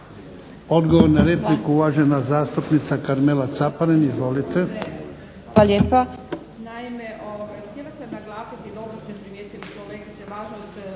Odgovor na repliku, uvažena zastupnica Karmela Caparin. Izvolite.